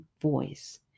voice